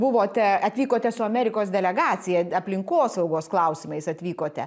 buvote atvykote su amerikos delegacija aplinkosaugos klausimais atvykote